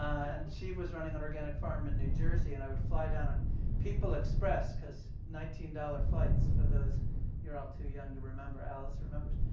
and she was running an organic farm in new jersey, and i would fly down on people express because nineteen dollars flights for those you're all too young to remember. alice remembers.